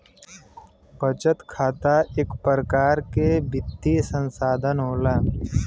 बचत खाता इक परकार के वित्तीय सनसथान होला